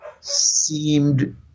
seemed